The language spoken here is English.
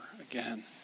again